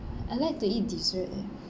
I like to eat dessert eh